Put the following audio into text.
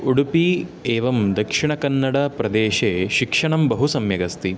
उडुपि एवं दक्षिणकन्नडप्रदेशे शिक्षणं बहु सम्यगस्ति